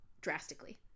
drastically